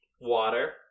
Water